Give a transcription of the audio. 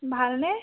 ভালনে